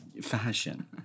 fashion